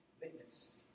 witness